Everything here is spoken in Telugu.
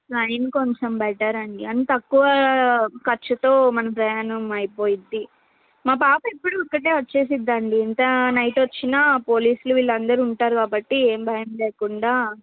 ట్రైన్ కొంచం బెటర్ అండి అది తక్కువ ఖర్చుతో మన ప్రయాణం అయిపోతుంది మా పాప ఎప్పుడు ఒక్కర్తే వచేస్తుందండి ఎంత నైట్ వచ్చినా పోలీసులు వీళ్ళందరూ ఉంటారు కాబట్టి ఎం భయంలేకుండా